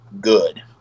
good